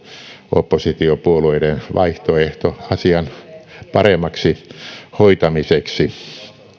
oppositiopuolueiden vaihtoehto asian paremmaksi hoitamiseksi